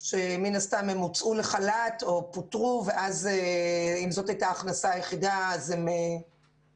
שמן הסתם הוצאו לחל"ת או פוטרו ואם זאת הייתה ההכנסה היחידה שלהן,